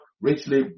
richly